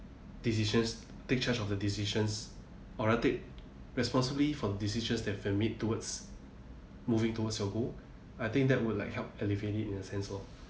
decisions take charge of the decisions or rather take responsibly for decisions that I've made towards moving towards your goal I think that would like help alleviate it in a sense lor